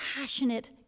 passionate